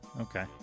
Okay